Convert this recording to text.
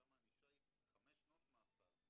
שם הענישה שהיא חמש שנות מאסר.